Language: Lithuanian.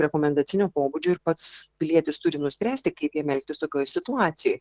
rekomendacinio pobūdžio ir pats pilietis turi nuspręsti kaip jam elgtis tokioj situacijoj